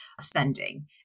spending